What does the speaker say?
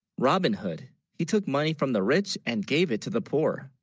robin hood he took money from the rich and gave it to the poor,